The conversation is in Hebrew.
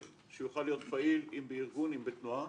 שהוא יוכל להיות פעיל אם בארגון אם בתנועה